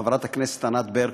חברת הכנסת ענת ברקו,